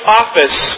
office